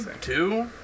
two